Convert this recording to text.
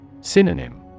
Synonym